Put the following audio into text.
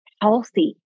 healthy